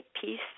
peace